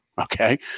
Okay